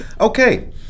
Okay